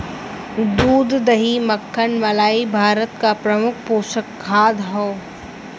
दूध दही मक्खन मलाई भारत क प्रमुख पोषक खाद्य हौ